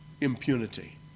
impunity